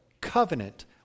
covenant